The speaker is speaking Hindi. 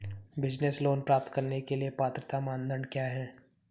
बिज़नेस लोंन प्राप्त करने के लिए पात्रता मानदंड क्या हैं?